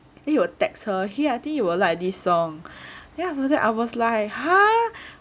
then he will text her he I think you will like this song then after that I was like !huh!